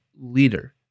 leader